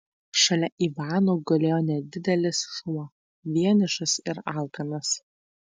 šalia ivano gulėjo nedidelis šuo vienišas ir alkanas